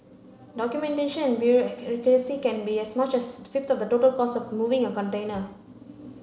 documentation and can be as much as a fifth of the total cost of moving a container